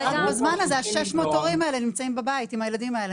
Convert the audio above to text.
ובזמן הזמן ה-600 הורים האלה נמצאים בבית עם הילדים האלה,